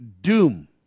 doom